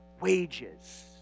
wages